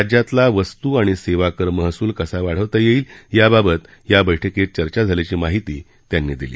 राज्यातला वस्तू आणि सेवा कर महसूल कसा वाढवता येईल याबाबत या बैठकीत चर्चा झाल्याची माहिती त्यांनी दिली